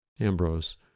Ambrose